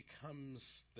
becomes